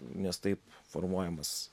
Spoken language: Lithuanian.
nes taip formuojamas